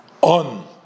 on